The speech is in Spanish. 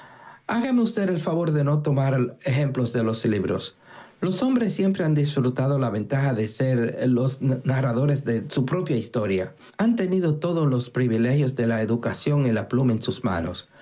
usted el favor de no tomar ejemplos de los libros los hombres siempre han disfrutado la ventaja de ser los narradores de su propia historia han tenido todos los privilegios de la educación y la pluma en sus manos